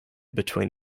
between